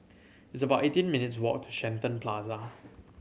it's about eighteen minutes' walk to Shenton Plaza